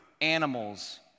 ...animals